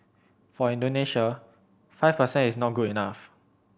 for Indonesia five per cent is not good enough